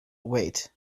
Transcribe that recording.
wait